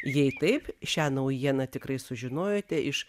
jei taip šią naujieną tikrai sužinojote iš